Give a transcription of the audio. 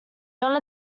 john